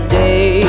day